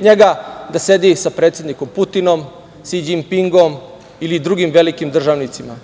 njega da sedi sa predsednikom Putinom, Si Đinpingom ili drugim velikim državnicima?